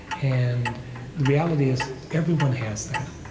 and the reality is, everyone has that.